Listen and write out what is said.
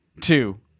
two